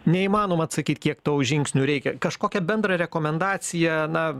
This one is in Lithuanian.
neįmanoma atsakyt kiek tau žingsnių reikia kažkokią bendrą rekomendaciją na